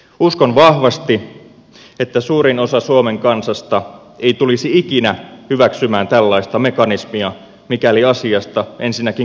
uskon vahvasti että suurin osa suomen kansasta ei tulisi ikinä hyväksymään tällaista mekanismia mikäli asiasta ensinnäkin kerrottaisiin sille avoimesti